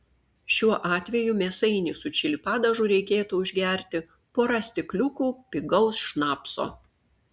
šiuo atveju mėsainį su čili padažu reikėtų užgerti pora stikliukų pigaus šnapso